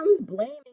blaming